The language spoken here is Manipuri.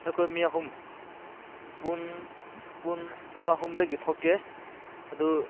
ꯑꯩꯈꯣꯏ ꯃꯤ ꯑꯍꯨꯝ ꯄꯨꯡ ꯄꯨꯡ ꯄꯨꯡ ꯑꯍꯨꯝꯗꯒꯤ ꯊꯣꯛꯀꯦ ꯑꯗꯨ